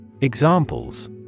Examples